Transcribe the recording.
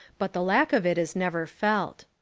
but the lack of it is never felt.